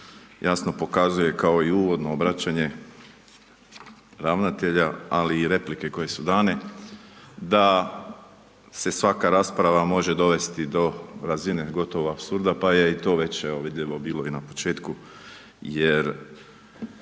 javno pokazuje, kao i uvodno obraćanje ravnatelja, ali i replike koje su dane, da se svaka rasprava može dovesti do razine gotovo apsurda, pa je i to već, evo, vidljivo bilo i na početku jer